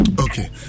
Okay